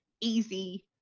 easy